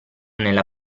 nella